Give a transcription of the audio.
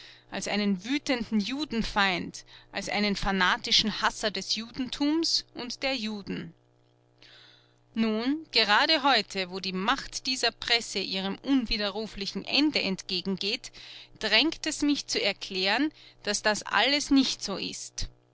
als einen wütenden judenfeind als einen fanatischen hasser des judentums und der juden nun gerade heute wo die macht dieser presse ihrem unwiderruflichen ende entgegengeht drängt es mich zu erklären daß das alles nicht so ist